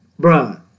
bruh